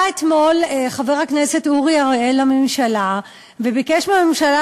בא אתמול חבר הכנסת אורי אריאל לממשלה וביקש מהממשלה